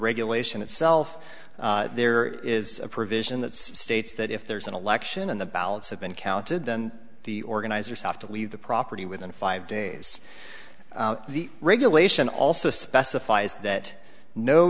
regulation itself there is a provision that states that if there is an election and the ballots have been counted and the organizers have to leave the property within five days the regulation also specifies that no